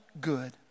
good